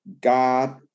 God